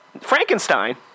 Frankenstein